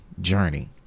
journey